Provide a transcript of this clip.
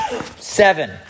seven